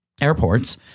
airports